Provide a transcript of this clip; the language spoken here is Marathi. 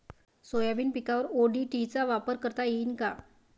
सोयाबीन पिकावर ओ.डी.टी चा वापर करता येईन का?